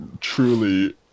truly